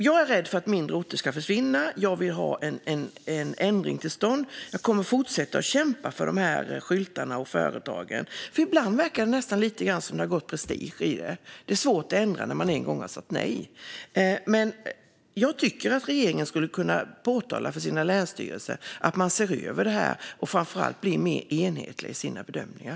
Jag är rädd för att mindre orter ska försvinna, och jag vill ha en ändring till stånd. Jag kommer att fortsätta att kämpa för dessa skyltar och för företagen. Ibland verkar det nästan lite grann som att det har gått prestige i frågan. Det är svårt att ändra när man en gång har sagt nej. Jag tycker att regeringen kan påpeka för länsstyrelserna att frågan behöver ses över och att de framför allt måste bli mer enhetliga i sina bedömningar.